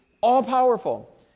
all-powerful